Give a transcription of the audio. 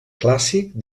clàssic